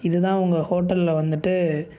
இதுதான் உங்கள் ஹோட்டலில் வந்துவிட்டு